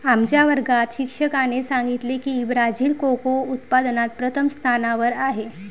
आमच्या वर्गात शिक्षकाने सांगितले की ब्राझील कोको उत्पादनात प्रथम स्थानावर आहे